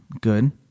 Good